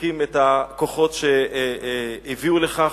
מחזקים את הכוחות שהביאו לכך,